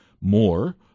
more